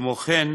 כמו כן,